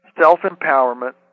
self-empowerment